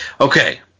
Okay